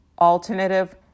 alternative